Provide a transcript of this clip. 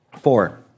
Four